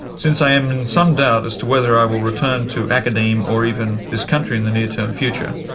since i am in some doubt as to whether i will return to academe or even this country in the near term future,